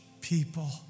people